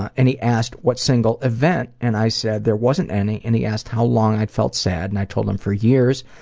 and he asked what single event and i said there wasn't any and he asked how long i had felt sad and i told him for years.